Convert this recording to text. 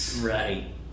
Right